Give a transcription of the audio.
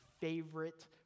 favorite